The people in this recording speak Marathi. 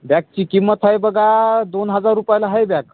बॅगची किंमत आहे बघा दोन हजार रुपयाला आहे बॅग